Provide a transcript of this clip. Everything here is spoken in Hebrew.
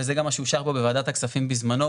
וזה גם מה שאושר פה בוועדת הכספים בזמנו,